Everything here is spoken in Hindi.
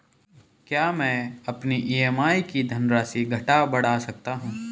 क्या मैं अपनी ई.एम.आई की धनराशि घटा बढ़ा सकता हूँ?